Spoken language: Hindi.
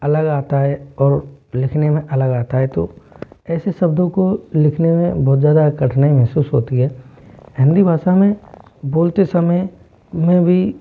अलग आता है और लिखने में अलग आता है तो ऐसे शब्दों को लिखने में बहुत ज़्यादा कठिनाई महसूस होती है हिंदी भाषा में बोलते समय में भी